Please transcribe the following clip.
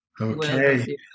Okay